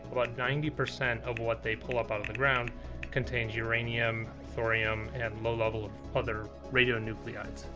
about ninety percent of what they pull up out of the ground contains uranium, thorium and low level of other radionuclides.